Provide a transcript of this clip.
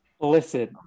Listen